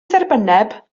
dderbynneb